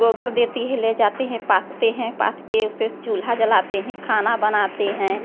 गोबर देती है ले जाते हैं पाथते हैं पाथ कर उसे चूल्हा जलाते हैं खाना बनाते हैं